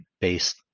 based